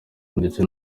ndetse